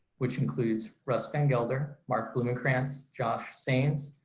which includes russ van gelder, mark blumenkranz, josh sanes,